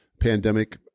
pandemic